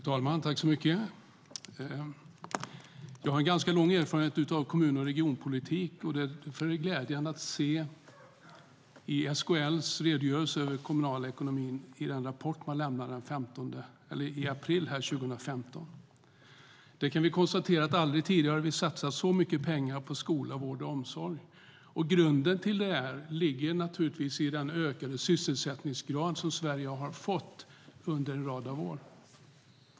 Herr talman! Jag har ganska lång erfarenhet av kommun och regionpolitik. Därför är det glädjande för mig att se SKL:s redogörelse över den kommunala ekonomin i den rapport man lämnade i april 2015. Vi kan konstatera att vi aldrig tidigare har satsat så mycket pengar på skola, vård och omsorg. Grunden till det här ligger naturligtvis i den ökning av sysselsättningsgraden som skett i Sverige under en rad år.